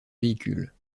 véhicules